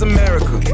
America